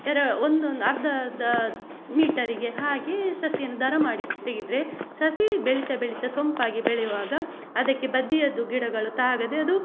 ಎರ ಒಂದೊಂದು ಅರ್ಧ ಅರ್ಧ ಮೀಟರಿಗೆ ಹಾಗೆ ಸಸಿಯನ್ನು ದರ ಮಾಡಿ ತೆಗೆದ್ರೆ ಸಸಿ ಬೆಳಿತ ಬೆಳಿತ ಸೊಂಪಾಗಿ ಬೆಳೆಯುವಾಗ ಅದಕ್ಕೆ ಬದಿಯದ್ದು ಗಿಡಗಳು ತಾಗದೆ ಅದು